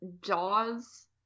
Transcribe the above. Jaws